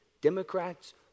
Democrats